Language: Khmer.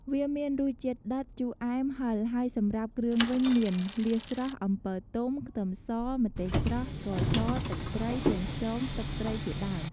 វាមានរសជាតិដិត ជូអែម ហិល ហើយសម្រាប់គ្រឿងវិញមាន លៀសស្រស់ អំពិលទុំ ខ្ទឹមស ម្ទេសស្រស់ ស្ករស ទឹកត្រី ប្រេងខ្យង ទឹកត្រីជាដើម។